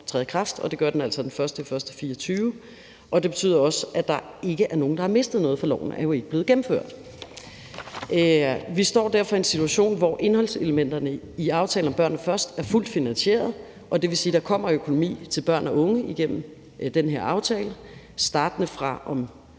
træder i kraft, og det gør den altså den 1. januar 2024, og det betyder også, at der ikke er nogen, der har mistet noget, for loven er jo ikke blevet gennemført. Vi står derfor i en situation, hvor indholdselementerne i aftalen om »Børnene Først« er fuldt finansieret, og det vil sige, at der kommer økonomi til børn og unge igennem den her aftale startende fra